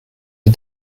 for